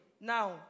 now